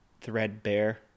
threadbare